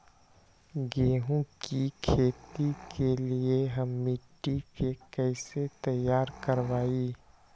गेंहू की खेती के लिए हम मिट्टी के कैसे तैयार करवाई?